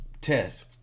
test